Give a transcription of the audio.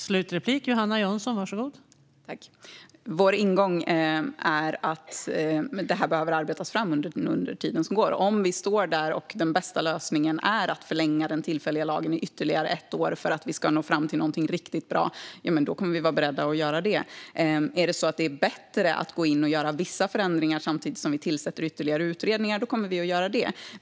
Fru talman! Vår ingång är att lagen behöver arbetas fram under den tid som går. Om vi står där och den bästa lösningen är att förlänga den tillfälliga lagen i ytterligare ett år för att vi ska nå fram till något riktigt bra, då kommer vi att vara beredda att göra det. Om det är bättre att gå in och göra vissa förändringar samtidigt som vi tillsätter ytterligare utredningar kommer vi att göra det.